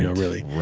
you know really.